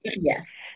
yes